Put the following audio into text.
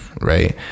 right